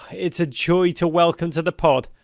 it's a joy to welcome to the pod,